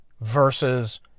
versus